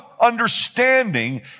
understanding